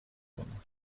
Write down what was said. کنیم